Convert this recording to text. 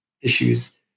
issues